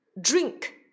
drink